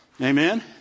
Amen